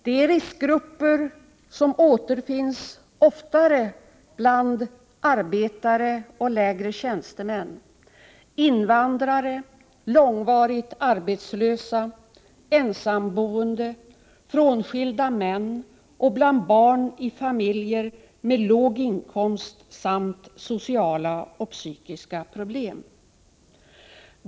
Dessa riskgrupper återfinns oftare bland arbetare och lägre tjänstemän, bland invandrare, långvarigt arbetslösa, ensamboende och frånskilda män samt bland barn i familjer med låg inkomst samt sociala och psykiska problem.